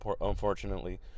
unfortunately